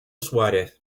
suárez